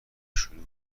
شروع